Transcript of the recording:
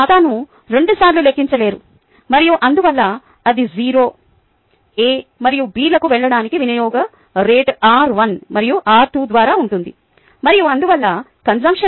మీరు ఖాతాను రెండు సార్లు లెక్కించలేరు మరియు అందువల్ల అది 0 A మరియు B లకు వెళ్ళడానికి వినియోగ రేటు r 1 మరియు r 2 ద్వారా ఉంటుంది మరియు అందువల్ల కొన్సుంప్షన్ రేటు r1 r2